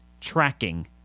tracking